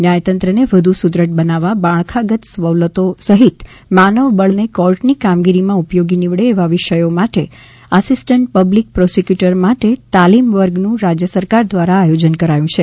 ન્યાયતંત્રને વધુ સુદ્રઢ બનાવવા માળખાગત સવલતો સહિત માનવબળને કોર્ટની કામગીરીમાં ઉપયોગી નિવડે એવા વિષયો માટે આસીસ્ટન્ટ પબ્લિક પ્રોસીક્યુટર માટે તાલીમ વર્ગનું રાજ્ય સરકાર દ્વારા આયોજન કરાયું છે